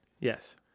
Yes